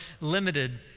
limited